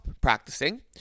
practicing